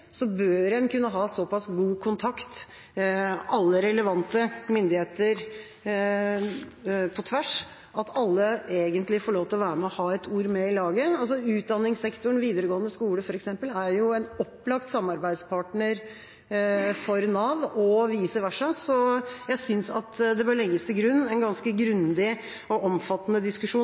bør alle relevante myndigheter på tvers kunne ha såpass god kontakt at alle får lov til å være med og ha et ord med i laget. Utdanningssektoren, videregående skole, f.eks., er jo en opplagt samarbeidspartner for Nav – og vice versa. Så jeg synes at det bør legges til grunn en ganske grundig og omfattende diskusjon,